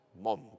mom